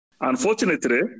Unfortunately